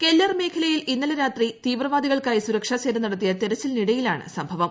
Keller മേഖലയിൽ ഇന്നലെ രാത്രി തീവ്രവാദികൾക്കായി സുരക്ഷാസേന നടത്തിയ തെരച്ചിലിനിടയിലാണ് സംഭവം